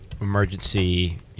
emergency